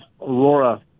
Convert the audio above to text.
aurora